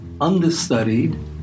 understudied